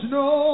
no